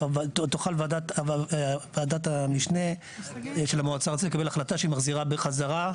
ותוכל וועדת המשנה של המועצה הארצית לקבל החלטה שהיא מחזירה חזרה.